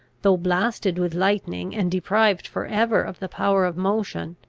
though blasted with lightning, and deprived for ever of the power of motion,